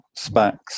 SPACs